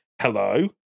hello